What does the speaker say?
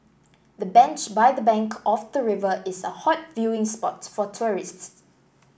the bench by the bank of the river is a hot viewing spot for tourists